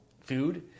food